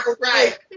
right